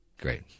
Great